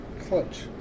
Clutch